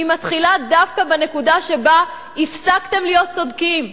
והיא מתחילה דווקא בנקודה שבה הפסקתם להיות צודקים,